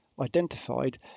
identified